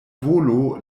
volo